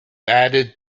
added